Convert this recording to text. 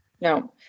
no